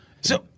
So-